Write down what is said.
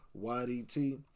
YDT